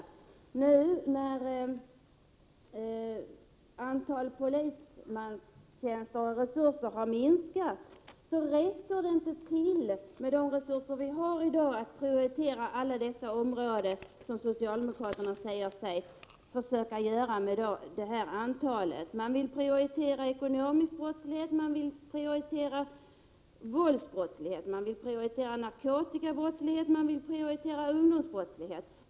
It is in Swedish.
I och med att antalet polismanstjänster och övriga resurser har minskat, så finns det i dag inte tillräckligt med resurser för att prioritera alla dessa områden på det sätt som socialdemokraterna säger sig vilja göra. Socialdemokraterna vill prioritera ekonomisk brottslighet, våldsbrottslighet, narkotikabrottslighet och ungdomsbrottslighet.